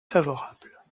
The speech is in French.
favorables